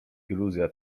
iluzja